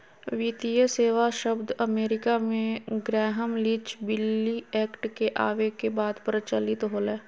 वित्तीय सेवा शब्द अमेरिका मे ग्रैहम लीच बिली एक्ट के आवे के बाद प्रचलित होलय